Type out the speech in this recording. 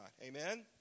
Amen